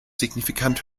signifikant